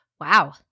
Wow